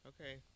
Okay